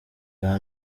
bwa